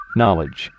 knowledge